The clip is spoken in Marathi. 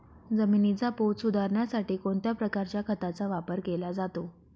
जमिनीचा पोत सुधारण्यासाठी कोणत्या प्रकारच्या खताचा वापर केला जातो?